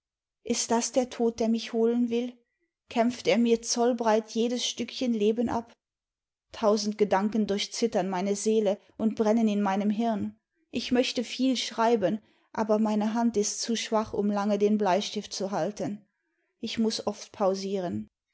ist das der tod der mich holen will kämpft er mir zollbreit jedes stückchen leben ab i tausend gedanken durchzittem meine seele und brennen in meinem hirn ich möchte viel schreiben aber meine hand ist zu schwach um lange den bleistift zu halten ich muß oft pausieren